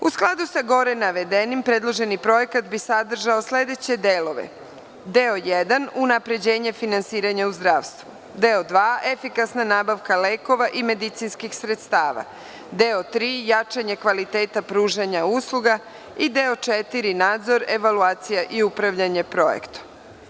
U skladu sa gore navedenim predloženi projekat bi sadržao sledeće delove: deo jedan – unapređenje finansiranja zdravstva, deo dva – efikasna nabavka lekova i medicinskih sredstava, deo tri – jačanje kvaliteta pružanja usluga i deo četiri – nadzor, evaluacija i upravljanje projektom.